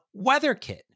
WeatherKit